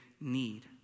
need